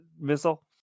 missile